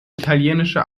italienische